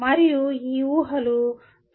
మరియు ఈ ఊహలు సమర్థించదగినవి